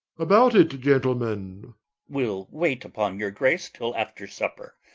about it, gentlemen we'll wait upon your grace till after supper,